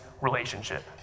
relationship